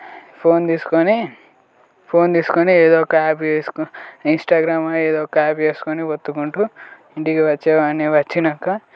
phone తీసుకొని phone తీసుకొని ఏదో ఒక యాప్ వేసుకొని ఇంస్టాగ్రామొ ఏదో ఒక యాప్ వేసుకొని ఒత్తుకుంటూ ఇంటికి వచ్చేవాన్ని వచ్చినాక